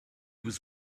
was